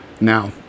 Now